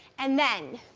and then,